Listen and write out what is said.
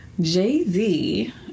Jay-Z